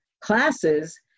classes